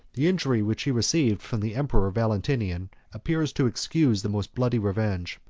the injury which he received from the emperor valentinian appears to excuse the most bloody revenge.